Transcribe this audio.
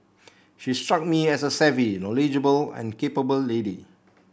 she struck me as a savvy knowledgeable and capable lady